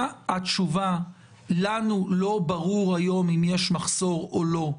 התשובה "לנו לא ברור היום אם יש מחסור או לא,